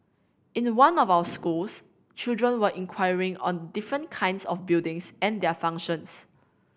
in the one of our schools children were inquiring on different kinds of buildings and their functions